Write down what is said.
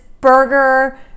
burger